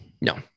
No